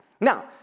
Now